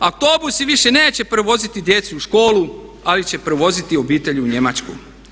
Autobusi više neće prevoziti djecu u školu ali će prevoziti obitelji u Njemačku.